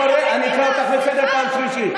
אני קורא אותך לסדר פעם שלישית.